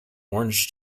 orange